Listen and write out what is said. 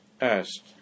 asked